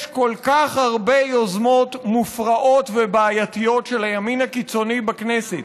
יש כל כך הרבה יוזמות מופרעות ובעייתיות של הימין הקיצוני בכנסת